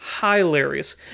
hilarious